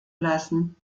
lassen